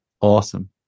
awesome